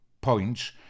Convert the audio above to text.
points